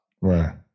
Right